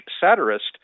satirist